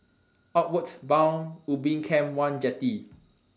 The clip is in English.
Outward Bound Ubin Camp one Jetty